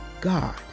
God